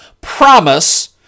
promise